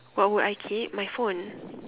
what will I keep my phone